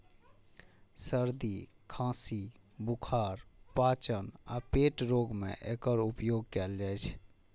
सर्दी, खांसी, बुखार, पाचन आ पेट रोग मे एकर उपयोग कैल जाइ छै